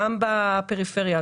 גם בפריפריה,